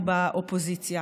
בבקשה.